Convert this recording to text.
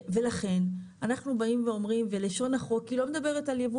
ולכן אנחנו באים ואומרים ולשון החוק היא לא מדבר על יבוא